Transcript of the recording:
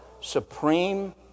supreme